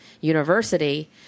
University